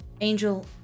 Angel